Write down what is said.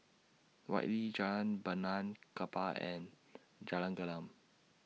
Whitley Jalan Benaan Kapal and Jalan Gelam